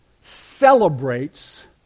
celebrates